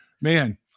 man